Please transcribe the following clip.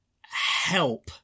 help